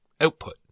output